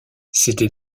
c’était